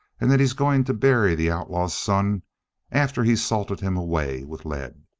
and that he's going to bury the outlaw's son after he's salted him away with lead.